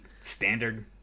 standard